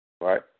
right